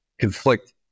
conflict